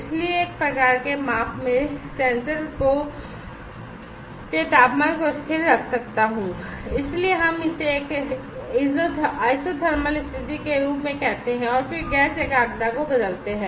इसलिए एक प्रकार के माप में मैं सेंसर के तापमान को स्थिर रख सकता हूं इसलिए हम इसे एक इज़ोटेर्मल स्थिति के रूप में कहते हैं और फिर गैस एकाग्रता को बदलते हैं